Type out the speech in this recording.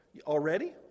already